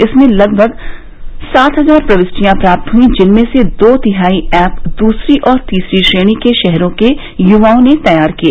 इसमें लगभग सात हजार प्रविष्टियां प्राप्त हुई जिनमें से दो तिहाई ऐप दूसरी और तीसरी श्रेणी के शहरों के युवाओं ने तैयार किए